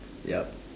yup